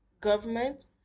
government